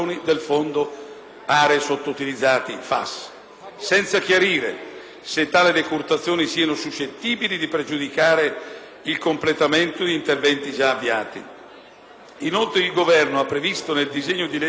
senza chiarire se tali decurtazioni siano suscettibili di pregiudicare il completamento di interventi già avviati. Inoltre, il Governo ha previsto nel disegno di legge finanziaria (Atto Senato n.